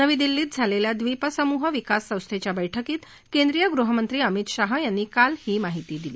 नवी दिल्लीत झालेल्या द्वीपसमूह विकास संस्थेच्या बैठकीत केंद्रीय गृहमंत्री अमित शाह यांनी काल ही माहिती दिली